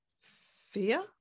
fear